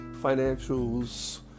financials